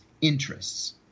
interests